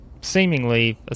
seemingly